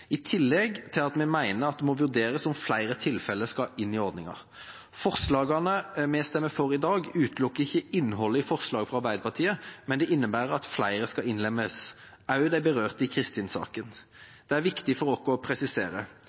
i tillegg til at vi mener at det må vurderes om flere tilfeller skal inn i ordningen. Forslagene vi stemmer for i dag, utelukker ikke innholdet i representantforslaget fra Arbeiderpartiet, men det innebærer at flere skal innlemmes – også de berørte i Kristin-saken. Det er viktig for oss å presisere.